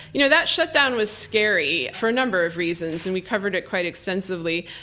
you know that shutdown was scary for a number of reasons and we covered it quite extensively.